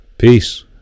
Peace